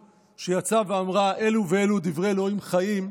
שיצאה ואמרה: אלו ואלו דברי אלוהים חיים,